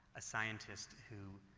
a scientist who